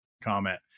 comment